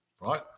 right